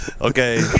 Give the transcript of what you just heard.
Okay